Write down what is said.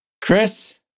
Chris